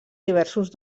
diversos